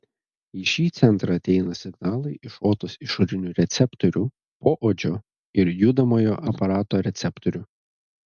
į šį centrą ateina signalai iš odos išorinių receptorių poodžio ir judamojo aparato receptorių